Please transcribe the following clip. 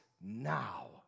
now